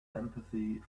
empathy